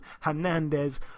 Hernandez